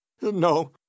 No